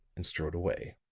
and strode away.